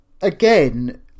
Again